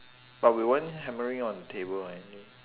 but we weren't hammering on table or anything